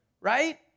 right